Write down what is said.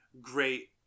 great